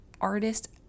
artist